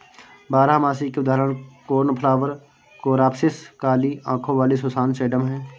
बारहमासी के उदाहरण कोर्नफ्लॉवर, कोरॉप्सिस, काली आंखों वाली सुसान, सेडम हैं